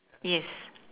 yes